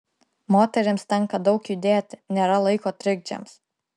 moterims tenka daug judėti nėra laiko trikdžiams